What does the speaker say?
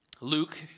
Luke